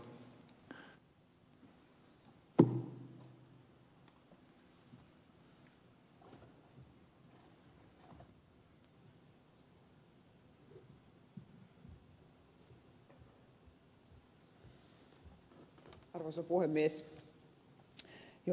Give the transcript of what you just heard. arvoisa puhemies